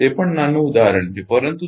તે પણ નાનું ઉદાહરણ છે પરંતુ